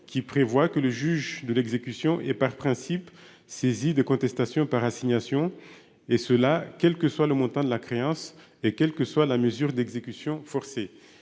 qui prévoit que le juge de l'exécution et par principe saisie de contestation par assignation et cela quel que soit le montant de la créance et quelle que soit la mesure d'exécution forcée